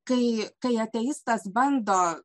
kai kai ateistas bando